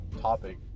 topic